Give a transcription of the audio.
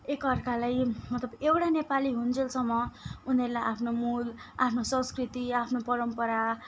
एकाअर्कालाई मतलब एउटै नेपाली होउन्जेलसम्म उनीहरूलाई आफ्नो मूल आफ्नो संस्कृति आफ्नो परम्परा